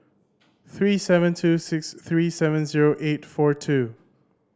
three seven two six three seven zero eight four two